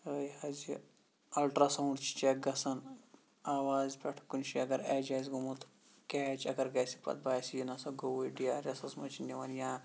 یہِ حظ یہِ الٹرا سَوُنڈ چھُ چیٚک گژھان آواز پٮ۪ٹھ کُنہِ جایہِ اَگر ایج آسہِ گوٚومُت کیچ اَگر گژھہِ پَتہٕ باسی نہٕ سا گوٚوُے ڈی آر ایسس منٛز چھِ نِوان یا